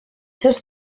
seus